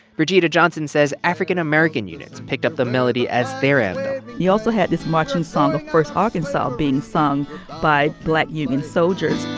birgitta johnson says african american units picked up the melody as their anthem and you also had this marching song of first arkansas being sung by black union soldiers